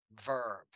verb